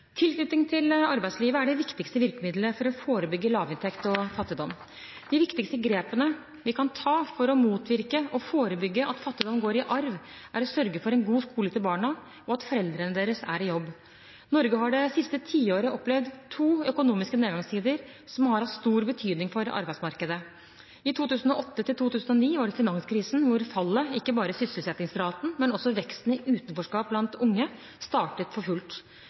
Tilknytning til arbeidslivet er det viktigste virkemiddelet for å forebygge lavinntekt og fattigdom. De viktigste grepene vi kan ta for å motvirke og forebygge at fattigdom går i arv, er å sørge for en god skole til barna, og at foreldrene deres er i jobb. Norge har det siste tiåret opplevd to økonomiske nedgangstider som har hatt stor betydning for arbeidsmarkedet. I 2008–2009 var det finanskrisen, hvor ikke bare fallet i sysselsettingsraten, men også veksten i utenforskap blant unge startet for fullt.